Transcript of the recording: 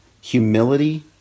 humility